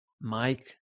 Mike